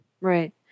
Right